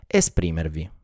esprimervi